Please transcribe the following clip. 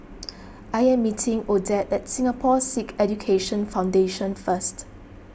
I am meeting Odette at Singapore Sikh Education Foundation First